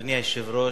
אדוני היושב-ראש,